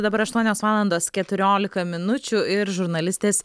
dabar aštuonios valandos keturiolika minučių ir žurnalistės